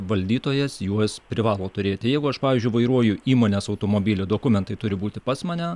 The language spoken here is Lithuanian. valdytojas juos privalo turėti jeigu aš pavyzdžiui vairuoju įmonės automobilį dokumentai turi būti pas mane